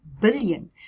billion